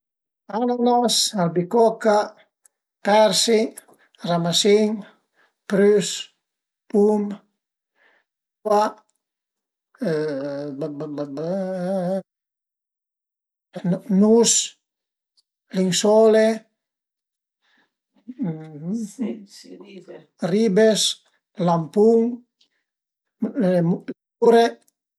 Ananas, albicoca, persi, ramasin, prüs, pum, üa, nus, linsole, ribes, lampun, mure